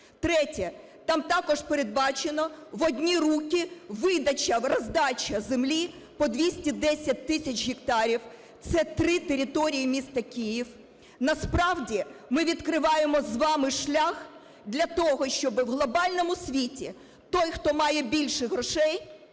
Третє. Там також передбачено в одні руки видача, роздача землі по 210 тисяч гектарів, це три території міста Київ. Насправді, ми відкриваємо з вами шлях для того, щоби в глобальному світі той, хто має більше грошей,